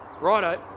Righto